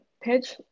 pitch